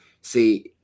see